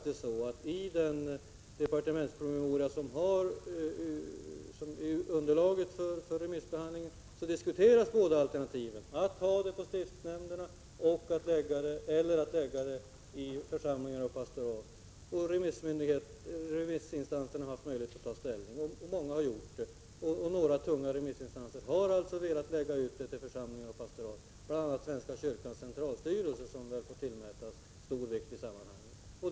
I den departementspromemoria som utgör underlaget för remissbehandlingen diskuteras båda alternativen — stiftsnämnderna eller församlingar och pastorat. Remissinstanserna har haft möjlighet att ta ställning, och många har också gjort det. Några tunga remissinstanser har valt alternativet församlingar och pastorat, bl.a. Svenska kyrkans centralstyrelse, som väl får tillmätas stor vikt i sammanhanget.